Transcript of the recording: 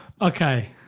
Okay